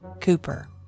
Cooper